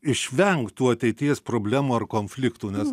išvengtų ateities problemų ar konfliktų nes